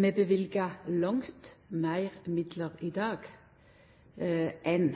løyver vi langt meir midlar totalt i dag enn